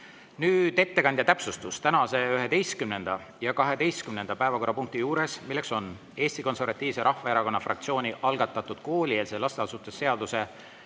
ettekandja täpsustus. Tänase 11. ja 12. päevakorrapunkti juures, milleks on Eesti Konservatiivse Rahvaerakonna fraktsiooni algatatud koolieelse lasteasutuse seaduse